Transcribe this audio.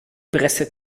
presse